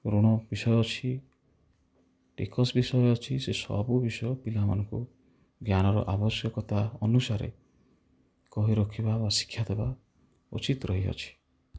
ଋଣ ବିଷୟ ଅଛି ଟିକସ ବିଷୟ ଅଛି ସେ ସବୁ ବିଷୟ ପିଲାମାନଙ୍କୁ ଜ୍ଞାନର ଆବଶ୍ୟକତା ଅନୁସାରେ କହି ରଖିବା ବା ଶିକ୍ଷା ଦେବା ଉଚିତ୍ ରହିଅଛି